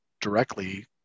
directly